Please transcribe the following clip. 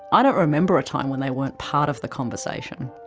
ah don't remember a time when they weren't part of the conversation.